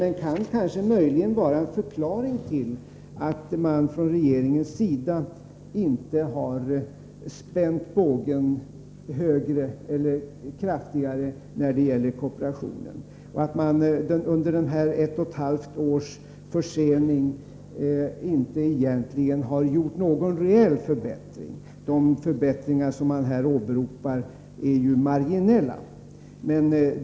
Det kan möjligen vara en förklaring till att man från regeringens sida inte har spänt bågen kraftigare när det gäller kooperationen och till att man, trots ett och ett halvt års försening, egentligen inte har åstadkommit någon reell förbättring. De förbättringar som man åberopar är marginella.